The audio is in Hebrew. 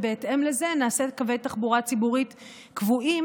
בהתאם לזה נעשה קווי תחבורה ציבורית קבועים,